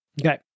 Okay